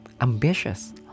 Ambitious